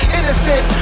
Innocent